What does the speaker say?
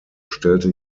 stellte